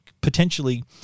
potentially